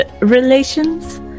Relations